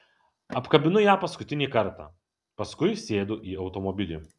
apkabinu ją paskutinį kartą paskui sėdu į automobilį